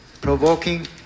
provoking